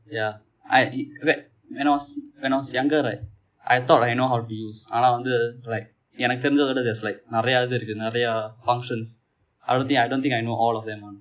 yeah I whe~ when I was when I was younger right I thought I know how to use ஆனா வந்து:aana vanthu like எனக்கு தெரிந்தவரை :ennaku therinthavarai there's like நிரைய இது இருக்கு நிரைய:niraiya ithu iruku niraiya functions I don't think I don't think I know all of them one